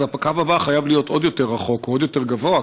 אז הקו הבא חייב להיות עוד יותר רחוק ועוד יותר גבוה,